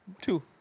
Two